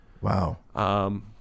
Wow